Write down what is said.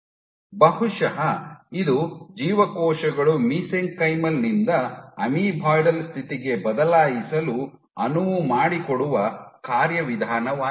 ಬಹುಶಃ ಇದು ಜೀವಕೋಶಗಳು ಮಿಸೆಂಕೈಮಲ್ ನಿಂದ ಅಮೀಬಾಯ್ಡಲ್ ಸ್ಥಿತಿಗೆ ಬದಲಾಯಿಸಲು ಅನುವು ಮಾಡಿಕೊಡುವ ಕಾರ್ಯವಿಧಾನವಾಗಿದೆ